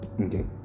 Okay